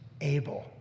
Abel